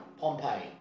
Pompeii